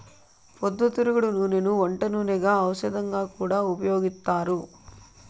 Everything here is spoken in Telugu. పొద్దుతిరుగుడు నూనెను వంట నూనెగా, ఔషధంగా కూడా ఉపయోగిత్తారు